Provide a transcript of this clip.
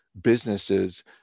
businesses